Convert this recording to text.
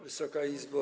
Wysoka Izbo!